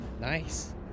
Nice